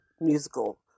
musical